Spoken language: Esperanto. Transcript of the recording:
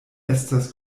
estas